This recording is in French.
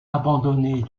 abandonnée